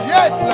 Yes